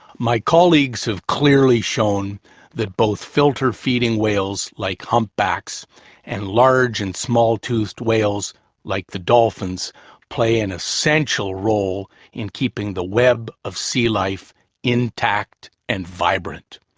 my colleagues have clearly shown that both filter feeding whales like humpbacks and large and small-toothed whales including like the dolphins play an essential role in keeping the web of sealife intact and vibrant.